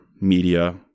media